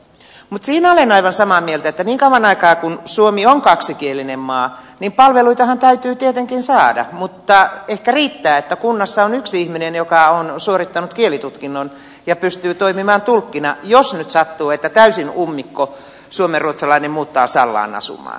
mutta siinä olen aivan samaa mieltä että niin kauan aikaa kuin suomi on kaksikielinen maa palveluitahan täytyy tietenkin saada mutta ehkä riittää että kunnassa on yksi ihminen joka on suorittanut kielitutkinnon ja pystyy toimimaan tulkkina jos nyt sattuu että täysin ummikko suomenruotsalainen muuttaa sallaan asumaan